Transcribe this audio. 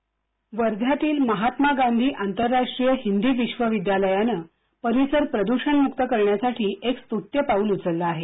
script वध्यातील महात्मा गांधी आंतरराष्ट्रीय हिंदी विश्वविद्यालयानं परिसर प्रदूषणमुक्त करण्यासाठी एक स्तृत्य पाऊल उचललं आहे